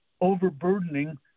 overburdening